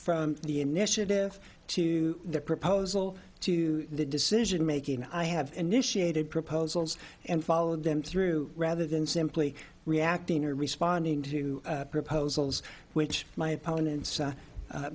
from the initiative to the proposal to the decision making and i have initiated proposals and followed them through rather than simply reacting or responding to proposals which my opponents